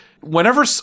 whenever